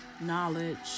knowledge